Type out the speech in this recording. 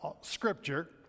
Scripture